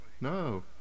No